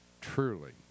truly